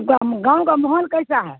ان کا گاؤں کا محول کیسا ہے